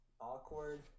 awkward